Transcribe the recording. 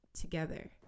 together